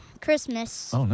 Christmas